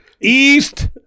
East